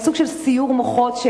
סוג של סיעור מוחות,